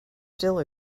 still